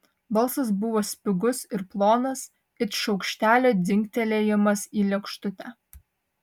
balsas buvo spigus ir plonas it šaukštelio dzingtelėjimas į lėkštutę